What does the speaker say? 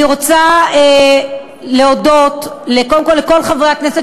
אני רוצה להודות קודם כול לכל חברי הכנסת